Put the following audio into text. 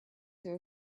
too